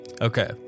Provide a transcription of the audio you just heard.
Okay